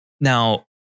Now